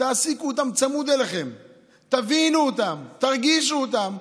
תעסיקו אותם צמוד אליכם, תבינו אותם, תרגישו אותם.